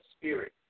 spirit